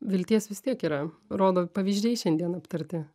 vilties vis tiek yra rodo pavyzdžiai šiandien aptarti